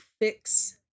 fix